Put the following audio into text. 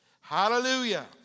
Hallelujah